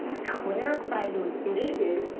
clarify those issues.